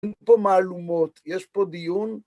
אין פה מהלומות, יש פה דיון.